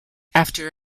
after